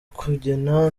kugena